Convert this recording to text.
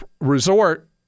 resort